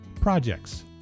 projects